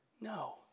No